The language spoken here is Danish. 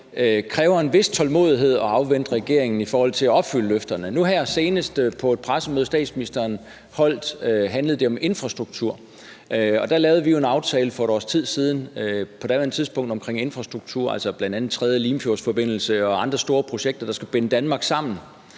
kræver en vis tålmodighed at afvente regeringen i forhold til at opfylde løfterne. Nu her senest på et pressemøde, statsministeren holdt, handlede det om infrastruktur, og der lavede vi jo en aftale for et års tid siden om infrastruktur, altså bl.a. om en tredje Limfjordsforbindelse og andre store projekter, der skal binde Danmark sammen.